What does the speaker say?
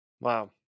Wow